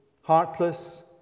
heartless